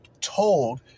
told